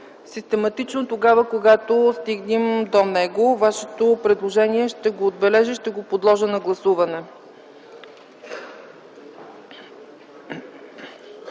систематично тогава, когато стигнем до него. Вашето предложение ще го отбележа и подложа на гласуване.